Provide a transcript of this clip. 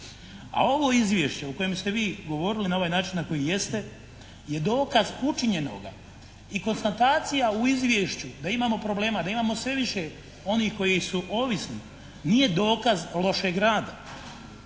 A ovo izvješće u kojem ste vi govorili na ovaj način na koji jeste je dokaz učinjenoga. I konstatacija u izvješću da imamo problema, da imamo sve više onih koji su ovisni nije dokaz lošeg rada.